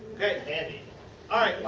ok. andy hi,